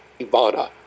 Ivana